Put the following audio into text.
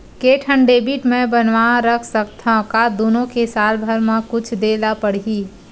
के ठन डेबिट मैं बनवा रख सकथव? का दुनो के साल भर मा कुछ दे ला पड़ही?